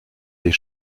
des